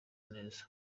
neza